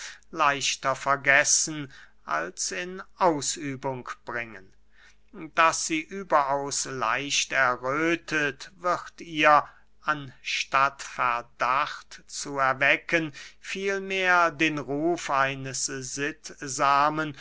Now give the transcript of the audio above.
leichter vergessen als in ausübung bringen daß sie überaus leicht erröthet wird ihr anstatt verdacht zu erwecken vielmehr den ruf eines